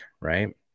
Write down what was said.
right